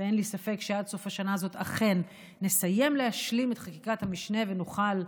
ואין לי ספק שעד סוף השנה הזאת אכן נסיים להשלים את חקיקת המשנה ונוכל,